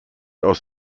aus